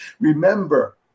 Remember